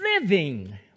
living